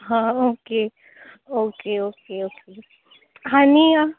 हां okay okay okay okay आनी